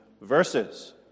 verses